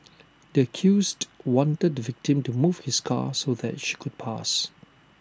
the accused wanted the victim to move his car so that she could pass